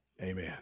Amen